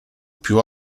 più